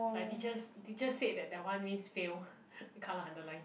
like teachers teachers said that that one means fail red colour underline